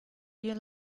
you